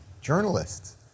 journalists